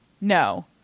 No